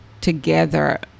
together